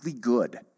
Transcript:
good